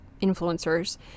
influencers